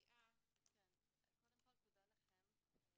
קודם כל, תודה לכם.